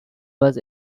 was